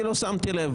אני לא שמתי לב.